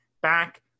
back